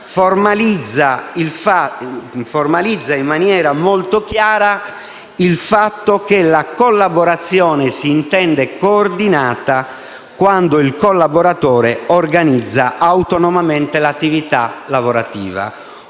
formalizza in maniera molto chiara il fatto che la collaborazione si intende coordinata quando il collaboratore organizza autonomamente l'attività lavorativa.